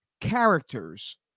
characters